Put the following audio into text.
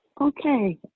Okay